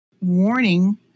warning